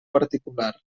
particular